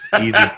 easy